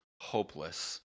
hopeless